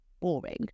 boring